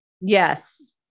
Yes